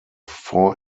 four